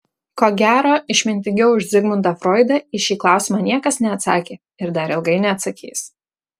ko gero išmintingiau už zigmundą froidą į šį klausimą niekas neatsakė ir dar ilgai neatsakys